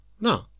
No